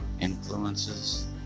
influences